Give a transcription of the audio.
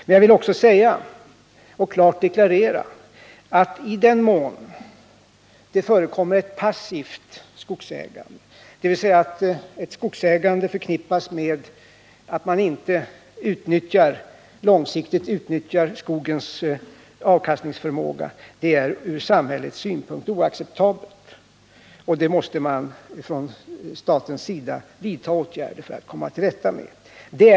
Men jag vill också klart deklarera att i den mån det förekommer ett passivt skogsägande, dvs. när skogsägandet inte förknippas med ett långsiktigt utnyttjande av skogens avkastningsförmåga, så är det oacceptabelt ur samhällets synpunkt. Man måste vidta åtgärder från statens sida för att komma till rätta med detta.